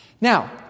Now